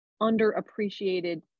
underappreciated